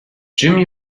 jimmy